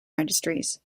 registries